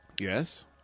Yes